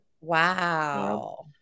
Wow